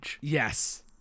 Yes